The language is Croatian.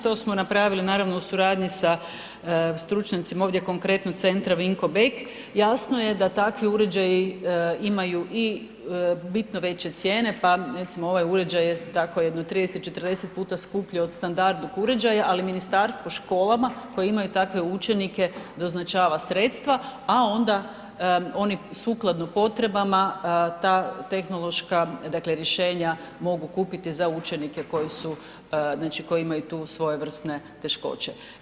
To smo napravili naravno u suradnji sa stručnjacima ovdje konkretno Centra Vinko Beg, jasno je da takvi uređaji imaju i bitno veće cijene, pa recimo ovaj uređaj je tako 30, 40 puta skuplji od standardnog uređaja, ali ministarstvo školama koje imaju takve učenike doznačava sredstva, a onda oni sukladno potrebama ta tehnološka dakle rješenja mogu kupiti za učenike koji su znači koji imaju tu svojevrsne teškoće.